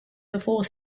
before